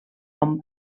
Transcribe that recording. com